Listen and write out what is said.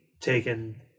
taken